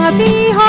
ah be